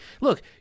Look